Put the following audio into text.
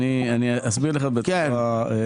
אסביר בקצרה.